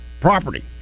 property